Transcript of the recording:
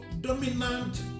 dominant